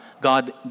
God